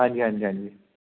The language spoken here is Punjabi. ਹਾਂਜੀ ਹਾਂਜੀ ਹਾਂਜੀ